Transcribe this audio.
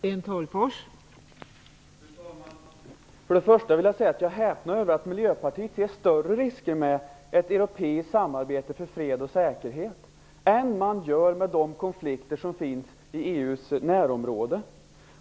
Fru talman! För det första vill jag säga att jag häpnar över att Miljöpartiet ser större risker med ett europeiskt samarbete för fred och säkerhet än man gör med de konflikter som finns i EU:s närområde.